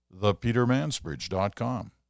thepetermansbridge.com